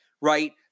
right